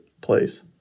place